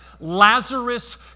Lazarus